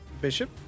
Bishop